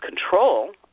control